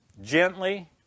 gently